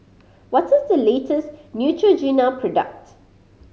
what is the latest Neutrogena product